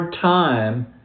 time